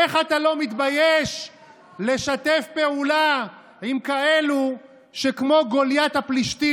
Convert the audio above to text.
איך אתה לא מתבייש לשתף פעולה עם כאלה שכמו גוליית הפלישתי